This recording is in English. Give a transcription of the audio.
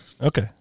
Okay